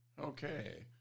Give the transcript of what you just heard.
Okay